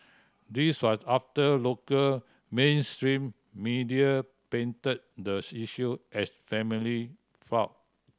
this was after local mainstream media painted the issue as family feud